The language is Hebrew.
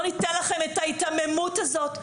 לא ניתן לכם את ההיתממות הזאת,